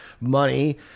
money